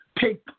take